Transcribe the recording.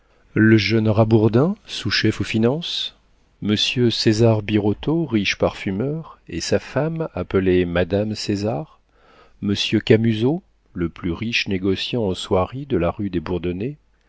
le jeune rabourdin sous-chef aux finances monsieur césar birotteau riche parfumeur et sa femme appelée madame césar monsieur camusot le plus riche négociant en soieries de la rue des bourdonnais